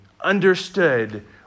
understood